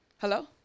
Hello